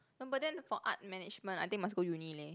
no but then for art management I think must go uni leh